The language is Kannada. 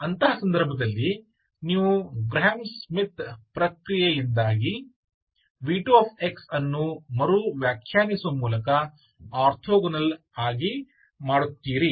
ಅಂತಹ ಸಂದರ್ಭದಲ್ಲಿ ನೀವು ಗ್ರಹಾಂ ಸ್ಮಿತ್ ಪ್ರಕ್ರಿಯೆಯಿಂದ v2 ಅನ್ನು ಮರು ವ್ಯಾಖ್ಯಾನಿಸುವ ಮೂಲಕ ಆರ್ಥೋಗೋನಲ್ ಆಗಿ ಮಾಡುತ್ತೀರಿ